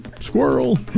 Squirrel